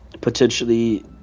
potentially